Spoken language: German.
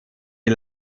die